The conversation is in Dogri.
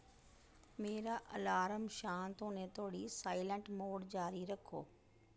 मेरा अलार्म शांत होने धोड़ी साईलैंट मोड़ जारी रक्खो